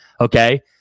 Okay